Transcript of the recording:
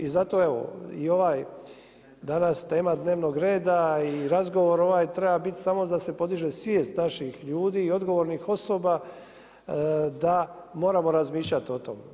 I zato ova danas tema dnevnog reda i razgovor ovaj treba biti samo da se podiže svijest naših ljudi i odgovornih osoba da moramo razmišljati o tome.